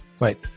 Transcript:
Wait